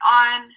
on